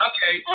Okay